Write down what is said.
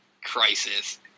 crisis